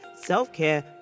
self-care